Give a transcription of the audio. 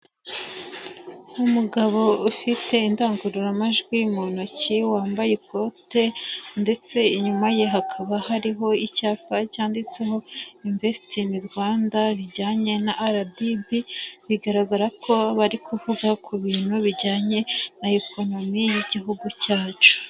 Ni umugabo ufite indangururamajwi mu ntoki wambaye ikote ndetse inyuma ye hakaba hariho icyapa cyanditseho invest in Rwanda bijyanye na RDB bigaragara ko bari kuvuga ku bintu bijyanye n'igihugu cyacu.